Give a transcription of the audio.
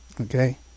Okay